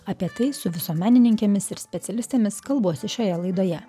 apie tai su visuomenininkėmis ir specialistėmis kalbuosi šioje laidoje